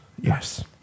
Yes